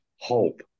hope